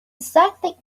exactly